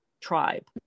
tribe